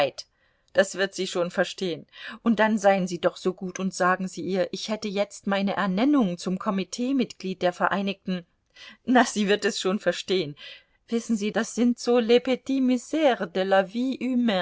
das wird sie schon verstehen und dann seien sie doch so gut und sagen sie ihr ich hätte jetzt meine ernennung zum komiteemitglied der vereinigten na sie wird es schon verstehen wissen sie das sind so les petites misres de